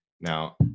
Now